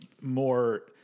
more